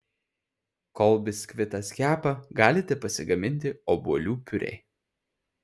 kol biskvitas kepa galite pasigaminti obuolių piurė